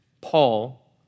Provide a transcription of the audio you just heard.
Paul